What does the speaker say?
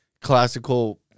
classical